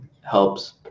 helps